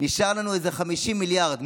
נשארו לנו איזה 50 מיליארד.